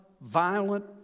violent